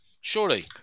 surely